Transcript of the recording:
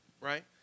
Right